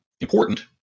important